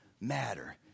matter